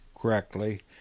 correctly